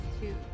two